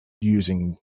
using